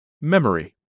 Memory